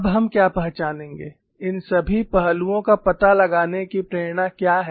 अब हम क्या पहचानेंगे इन सभी पहलुओं का पता लगाने की प्रेरणा क्या है